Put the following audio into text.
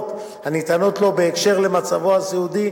אחרות הניתנות לו בהקשר של מצבו הסיעודי,